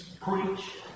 Preach